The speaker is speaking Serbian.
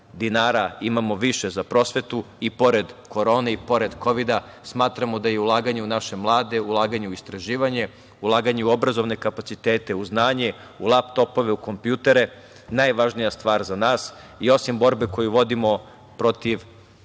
dinara imamo više za prosvetu i pored korone i pored kovida. Smatramo da je ulaganje u naše mlade, ulaganje u istraživanje, ulaganje u obrazovne kapacitete, u znanje, u laptopove, u kompjutere, najvažnija stvar za nas. Osim borbe koju vodimo protiv